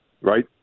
right